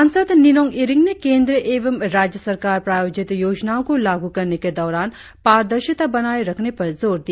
सांसद निनोंग इरिंग ने केन्द्र एवं राज्य सरकार प्रायोजित योजनाओं को लागू करने के दौरान पारदर्शिता बनाए रखने पर जोर दिया